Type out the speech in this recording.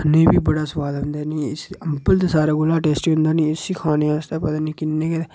खाने गी बी बड़ा सोआद औंदा ते अम्बल ते सारें कोला टेस्टी होंदा नी इसी खाने आस्तै पता नी कि'न्नै गै